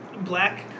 Black